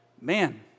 man